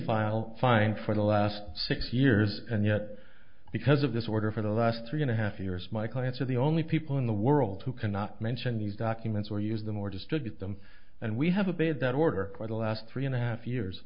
file find for the last six years and yet because of this order for the last three and a half years my clients are the only people in the world who cannot mention these documents or use them or distribute them and we have a bit that order for the last three and a half years